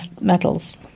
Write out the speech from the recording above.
medals